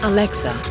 Alexa